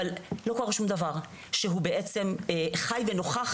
אבל לא קורה שום דבר שהוא בעצם חי ונוכח